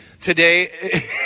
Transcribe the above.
today